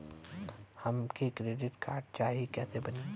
हमके credit card चाही कैसे बनी?